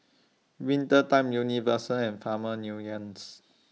Winter Time Universal and Farmers Unions